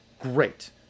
Great